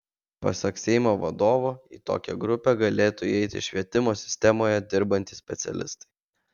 pasak seimo vadovo į tokią grupę galėtų įeiti švietimo sistemoje dirbantys specialistai